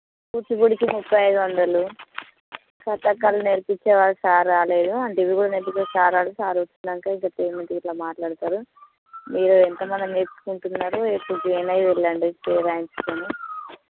కూచిపూడికి ముప్పై ఐదు వందలు కథాకళి నేర్పించే వా ఆ సార్ రాలేదు అంటే ఇవి కూడా నేర్పించే సార్ రాలేదు సార్ వచ్చినాక ఇంకా పేమెంట్ గిట్ల మాట్లాడుతారు మీరు ఎంతమంది నేర్చుకుంటున్నారు ఇప్పుడు జాయిన్ అయ్యి వెళ్ళండి పేరు రాయించుకొని